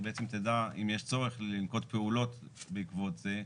בעצם תדע אם יש צורך לנקוט פעולות בעקבות זה.